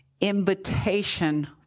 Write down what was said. invitation